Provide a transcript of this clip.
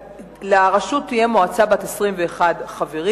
לרשות תהיה מועצה בת 21 חברים,